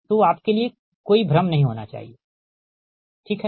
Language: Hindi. तो आपके लिए कोई भ्रम नहीं होना चाहिए ठीक है